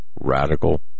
radical